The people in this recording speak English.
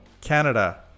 Canada